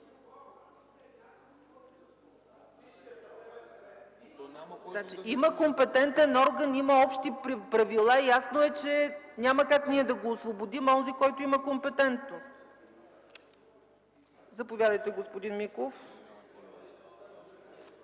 Има компетентен орган, има общи правила. Ясно е, че няма как да освободим онзи, който има компетентност. Заповядайте, господин Миков.